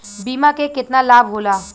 बीमा के केतना लाभ होला?